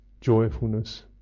joyfulness